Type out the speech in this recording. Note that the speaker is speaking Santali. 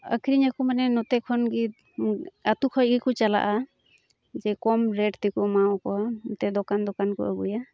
ᱟᱹᱠᱷᱨᱤᱧ ᱟᱠᱚ ᱢᱟᱱᱮ ᱱᱚᱛᱮ ᱠᱷᱚᱱᱜᱮ ᱟᱹᱛᱩ ᱠᱷᱚᱱ ᱜᱮᱠᱚ ᱪᱟᱞᱟᱜᱼᱟ ᱡᱮ ᱠᱚᱢ ᱨᱮᱴᱛᱮᱠᱚ ᱮᱢᱟᱣᱟᱠᱚᱣᱟ ᱫᱚᱠᱟᱱ ᱫᱚᱠᱟᱱ ᱠᱚ ᱟᱹᱜᱩᱭᱟ